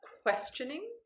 questioning